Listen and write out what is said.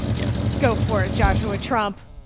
yeah go for it, joshua trump.